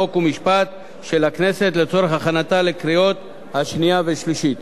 חוק ומשפט של הכנסת לצורך הכנתה לקריאה שנייה ולקריאה שלישית.